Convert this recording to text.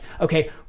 okay